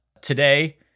Today